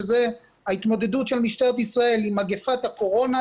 שזה ההתמודדות של משטרת ישראל עם מגפת הקורונה,